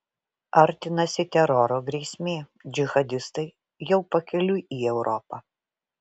artinasi teroro grėsmė džihadistai jau pakeliui į europą